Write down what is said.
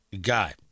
guy